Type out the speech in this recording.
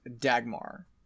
Dagmar